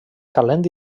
calent